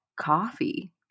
coffee